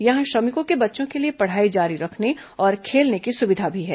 यहां श्रमिकों के बच्चों के लिए पढ़ाई जारी रखने और खेलने की सुविधा भी है